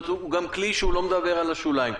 זאת אומרת הוא גם כלי שלא מדבר על השוליים.